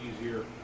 easier